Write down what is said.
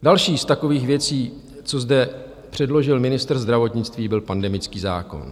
Další z takových věcí, co zde předložil ministr zdravotnictví, byl pandemický zákon.